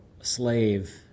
slave